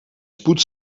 spoed